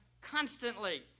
constantly